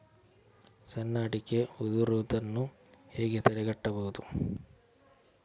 ಸಣ್ಣ ಅಡಿಕೆ ಉದುರುದನ್ನು ಹೇಗೆ ತಡೆಗಟ್ಟಬಹುದು?